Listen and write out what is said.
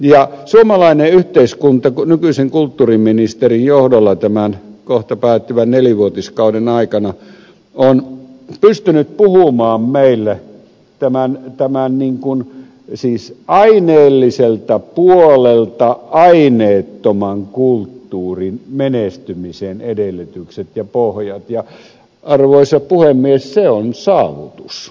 ja suomalainen yhteiskunta nykyisen kulttuuriministerin johdolla tämän kohta päättyvän nelivuotiskauden aikana on pystynyt puhumaan meille tämän päivän niinkun esi isä ari merelliseltä aineelliselta puolelta aineettoman kulttuurin menestymisen edellytykset ja pohjat ja arvoisa puhemies se on saavutus